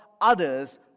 others